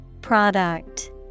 Product